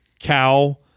cow